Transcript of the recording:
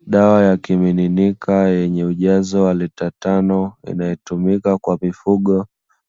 Dawa ya kimiminika yenye ujazo wa lita tano inayotumika kwa mifugo